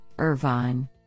Irvine